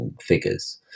figures